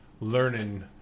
learning